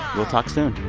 we'll talk soon